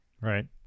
right